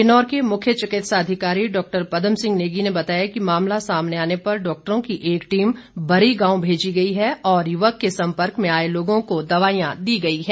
किन्नौर के मुख्य चिकित्सा अधिकारी डॉक्टर पदम सिह नेगी ने बताया कि मामला सामने आने पर डॉक्टरों की एक टीम बरी गांव भेजी गई और युवक के संपर्क में आए लोगों को दवाईयां दी गई है